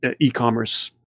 e-commerce